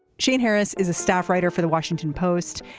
shane harris is a staff writer for the washington post.